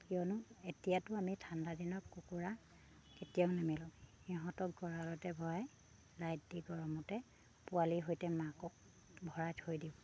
কিয়নো এতিয়াতো আমি ঠাণ্ডা দিনত কুকুৰা কেতিয়াও নেমেলোঁ সিহঁতক গঁৰালতে ভৰাই লাইট দি গৰমতে পোৱালিৰ সৈতে মাকক ভৰাই থৈ দিওঁ